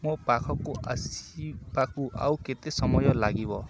ମୋ ପାଖକୁ ଆସିବାକୁ ଆଉ କେତେ ସମୟ ଲାଗିବ